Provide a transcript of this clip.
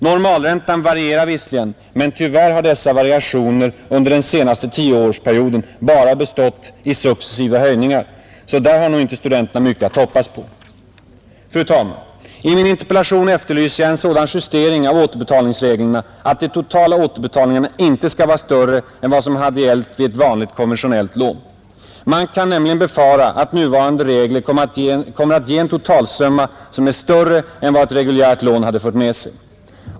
Normalräntan varierar visserligen, men tyvärr har dessa variationer under den senaste tioårsperioden bara bestått i successiva höjningar, så där har nog inte studenterna mycket att hoppas på. Fru talman! I min interpellation efterlyste jag en sådan justering av återbetalningsreglerna att de totala återbetalningarna inte skulle vara större än vad som hade gällt vid ett konventionellt lån. Man kan nämligen befara att nuvarande regler kommer att ge en totalsumma som är större än vad ett reguljärt lån hade fört med sig.